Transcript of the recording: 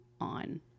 on